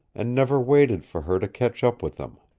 and never waited for her to catch up with them.